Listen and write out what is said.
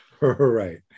right